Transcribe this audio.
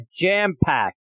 jam-packed